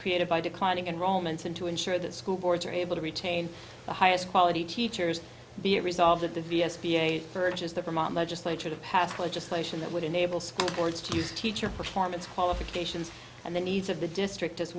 created by declining enrollment and to ensure that school boards are able to retain the highest quality teachers be it resolved that the v s p a urges that vermont legislature to pass legislation that would enable school boards to use teacher performance qualifications and the needs of the district as